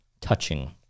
touching